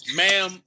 ma'am